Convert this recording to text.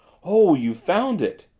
oh, you found it!